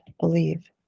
believe